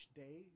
day